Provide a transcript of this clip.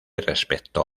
respecto